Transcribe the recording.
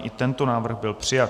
I tento návrh byl přijat.